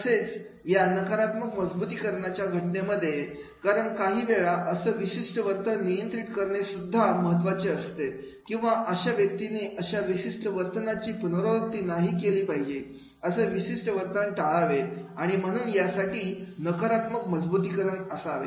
तसेच या नकारात्मक मजबुतीकरणाच्या घटनेमध्ये कारण काही वेळ असं विशिष्ट वर्तन नियंत्रित करणे सुद्धा महत्वाचं असतं किंवा अशा व्यक्तीने अशा विशिष्ट वर्तनाची पुनरावृत्ती नाही केली पाहिजेअसं विशिष्ट वर्तन टाळावे आणि म्हणून यासाठी नकरात्मक मजबुतीकरण असावे